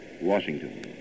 Washington